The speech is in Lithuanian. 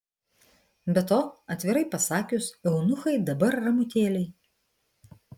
be to atvirai pasakius eunuchai dabar ramutėliai